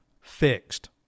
fixed